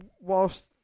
whilst